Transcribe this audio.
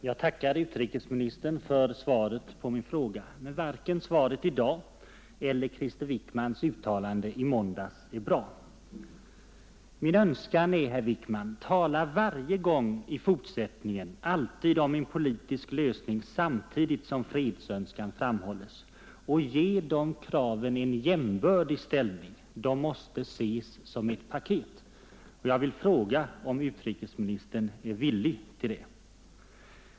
Herr talman! Jag tackar utrikesministern för svaret på min fråga. Varken svaret i dag eller Krister Wickmans uttalande i måndags är emellertid bra. Min önskan är, herr Wickman: Tala i fortsättningen varje gång om en politisk lösning samtidigt som fredsönskan framhålles, och ge dessa krav en jämbördig ställning. De måste ses som ett paket. Jag vill fråga om utrikesministern är villig till det.